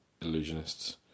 illusionists